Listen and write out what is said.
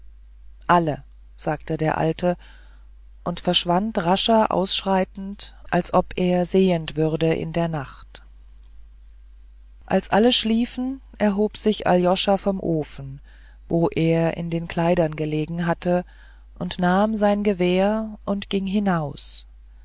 alle sagte der alte und verschwand rascher ausschreitend als ob er sehend würde in der nacht als alle schliefen erhob sich aljoscha vom ofen wo er in den kleidern gelegen hatte nahm sein gewehr und ging hinaus